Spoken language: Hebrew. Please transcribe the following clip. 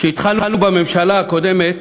כשהתחלנו בממשלה הקודמת